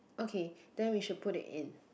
okay then we should put it in